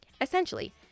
Essentially